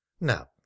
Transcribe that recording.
now